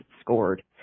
scored